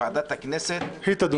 ועדת הכנסת -- היא תדון.